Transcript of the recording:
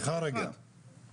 דחינו את הממשק בחצי שנה.